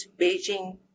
Beijing